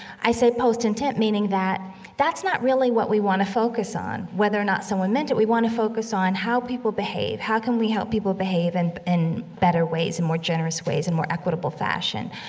i say post-intent, meaning that that's not really what we want to focus on, whether or not someone meant it. we want to focus on how people behave. how can we help people behave and in in better ways, in more generous ways, in more equitable fashion.